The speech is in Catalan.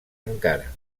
encara